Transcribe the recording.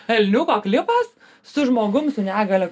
elniuko klipas su žmogum su negalia